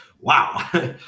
Wow